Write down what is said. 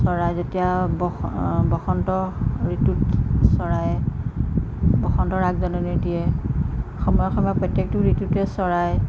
চৰাই যেতিয়া বস বসন্ত ঋতুত চৰায়ে বসন্তৰ আগজাননী দিয়ে সময়ে সময়ে প্ৰত্যেকটো ঋতুতে চৰাই